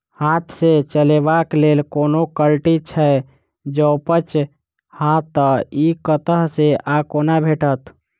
हाथ सऽ चलेबाक लेल कोनों कल्टी छै, जौंपच हाँ तऽ, इ कतह सऽ आ कोना भेटत?